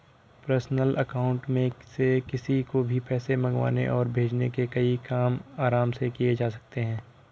personal account में से किसी को भी पैसे मंगवाने और भेजने के कई काम आराम से किये जा सकते है